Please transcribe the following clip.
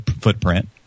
footprint